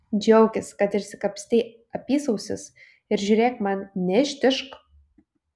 džiaukis kad išsikapstei apysausis ir žiūrėk man neištižk